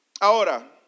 Ahora